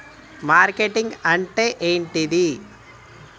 Marketing అంటే ఏంటిది?